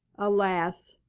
alas!